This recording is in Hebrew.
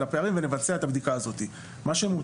מה שמוצע לפי הבנתי זה מנגנון אחרי.